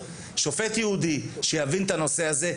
שופט ייעודי שיבין את הנושא הזה,